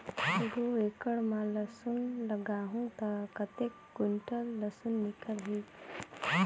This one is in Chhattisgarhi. दो एकड़ मां लसुन लगाहूं ता कतेक कुंटल लसुन निकल ही?